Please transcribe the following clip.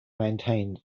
maintained